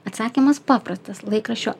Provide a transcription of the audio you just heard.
atsakymas paprastas laikraščio